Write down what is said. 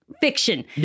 fiction